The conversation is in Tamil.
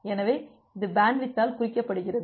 எனவே இது பேண்ட்வித்தால் குறிக்கப்படுகிறது